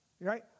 right